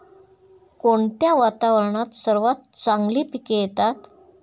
कोणत्या वातावरणात सर्वात चांगली पिके येतात?